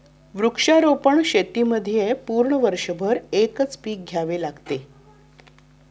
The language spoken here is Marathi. वृक्षारोपण शेतीमध्ये पूर्ण वर्षभर एकच पीक घ्यावे लागते